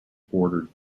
bordered